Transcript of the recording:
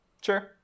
Sure